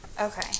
Okay